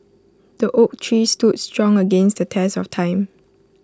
the oak tree stood strong against the test of time